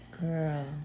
girl